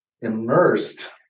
immersed